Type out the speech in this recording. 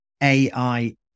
AI